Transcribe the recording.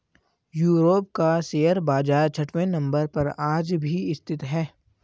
Europe का share बाजार छठवें नम्बर पर आज भी स्थित है